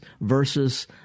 versus